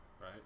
right